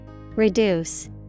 Reduce